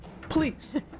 Please